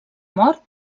mort